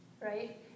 right